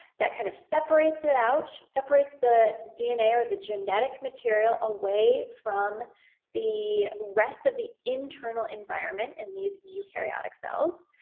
that kind of separates it out, separates the dna, or the genetic material away from the rest of the internal environment, and these eukaryotic cells.